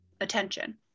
attention